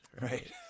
Right